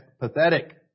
pathetic